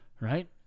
Right